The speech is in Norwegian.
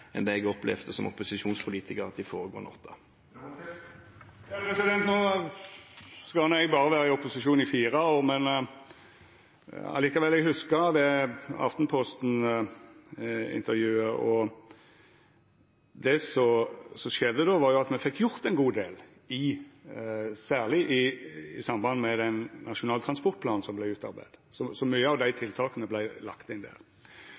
enn det jeg opplevde som opposisjonspolitiker i de foregående åtte. No skal no eg berre vera i opposisjon i fire år, men likevel. Eg hugsar det Aftenposten-intervjuet. Det som skjedde då, var at me fekk gjort ein god del, særleg i samband med den nasjonale transportplanen som vart utarbeidd. Så mange av dei tiltaka vart lagde inn der.